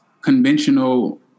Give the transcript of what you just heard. conventional